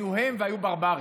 היו הם והיו ברברים,